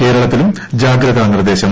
കേരളത്തിലും ജാഗ്രതാ നിർദ്ദേശം